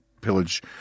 pillage